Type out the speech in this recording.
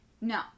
No